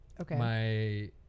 okay